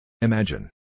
Imagine